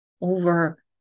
over